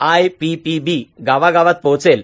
IPPB गावा गावात पोहचेल